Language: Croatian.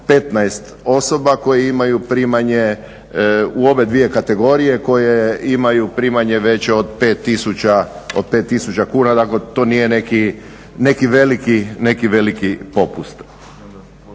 15 osoba koje imaju primanje u ove dvije kategorije, koje imaju primanje veće od 5000 kuna, dakle to nije neki veliki popust.